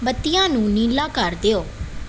ਬੱਤੀਆਂ ਨੂੰ ਨੀਲਾ ਕਰ ਦਿਓ